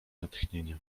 natchnienia